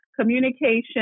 communication